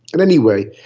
and anyway,